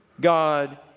God